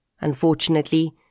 Unfortunately